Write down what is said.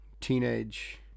teenage